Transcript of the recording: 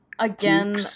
again